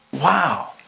Wow